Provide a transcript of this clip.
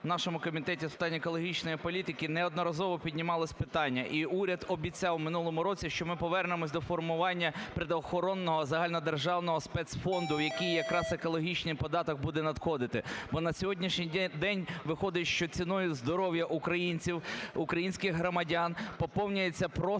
в нашому Комітеті з питань екологічної політики неодноразово піднімалось питання, і уряд обіцяв в минулому році, що ми повернемося до формування природоохоронного загальнодержавного спецфонду, в який якраз екологічний податок буде надходити. Бо на сьогоднішній день виходить, що ціною здоров'я українців, українських громадян поповнюється просто